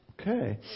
Okay